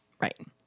right